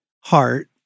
heart